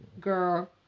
girl